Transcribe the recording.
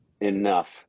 enough